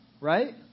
right